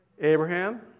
Abraham